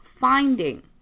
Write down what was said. finding